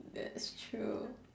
that's true